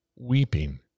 weeping